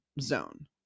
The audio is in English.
zone